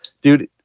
dude